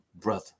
brother